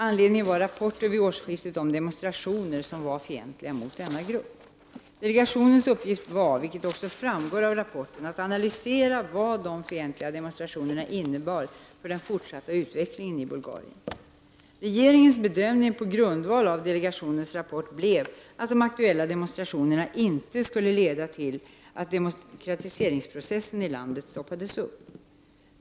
Anledningen var rapporter vid årsskiftet om demonstrationer som var fientliga mot denna grupp. Delegationens uppgift var — vilket också framgår av rapporten — att analysera vad de fientliga demonstrationerna innebar för den fortsatta utvecklingen i Bulgarien. Regeringens bedömning på grundval av delegationens rapport blev att de aktuella demonstrationerna inte skulle leda till att demokratiseringsprocessen i landet stoppades upp.